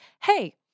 Hey